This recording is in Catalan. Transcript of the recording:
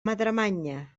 madremanya